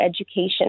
education